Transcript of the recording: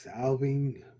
solving